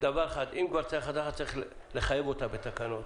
אם כבר צריך הדרכה, צריך לחייב אותה בתקנות